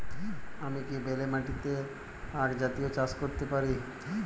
আমি কি বেলে মাটিতে আক জাতীয় চাষ করতে পারি?